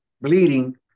bleeding